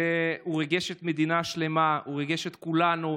והוא ריגש מדינה שלמה, הוא ריגש את כולנו.